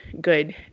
good